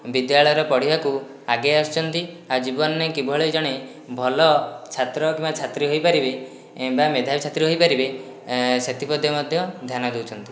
ବିଦ୍ୟାଳୟରେ ପଢ଼ିବାକୁ ଆଗେଇ ଆସୁଛନ୍ତି ଆଉ ଜୀବନରେ କିଭଳି ଜଣେ ଭଲ ଛାତ୍ର କିମ୍ବା ଛାତ୍ରୀ ହୋଇପାରିବେ ବା ମେଧାବୀ ଛାତ୍ରୀ ହୋଇପାରିବେ ସେଥିପ୍ରତି ମଧ୍ୟ ଧ୍ୟାନ ଦେଉଛନ୍ତି